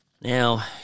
Now